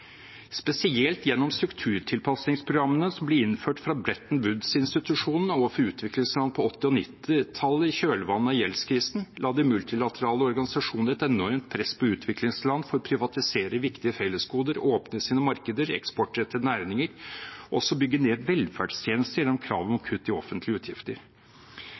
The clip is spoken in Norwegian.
Spesielt gjennom strukturtilpasningsprogrammene som ble innført fra Bretton Woods-institusjonene overfor utviklingsland på 80- og 90-tallet i kjølvannet av gjeldskrisen, la de multilaterale organisasjonene et enormt press på utviklingsland for å privatisere viktige fellesgoder, åpne sine markeder, eksportrette næringer, og også å bygge ned velferdstjenester gjennom krav om kutt i offentlige utgifter.